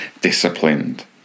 disciplined